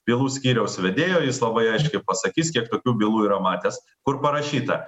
bylų skyriaus vedėjo jis labai aiškiai pasakys kiek tokių bylų yra matęs kur parašyta